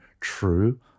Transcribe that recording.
true